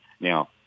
Now